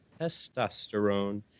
testosterone